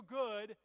good